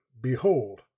Behold